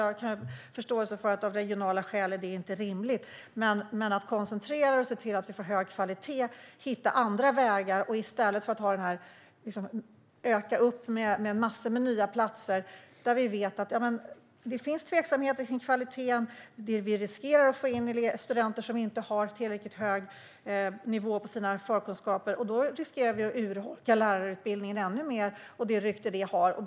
Jag har förståelse för att det av regionala skäl inte är rimligt, men vi behöver koncentrera utbildningen och se till att vi får hög kvalitet och hitta andra vägar i stället för att öka till massor av nya platser där vi vet att det finns tveksamheter kring kvaliteten. Vi riskerar att få in studenter som inte har tillräckligt hög nivå på sina förkunskaper, och då riskerar vi att urholka lärarutbildningen ännu mer och det rykte som den har.